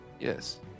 Yes